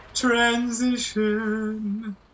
Transition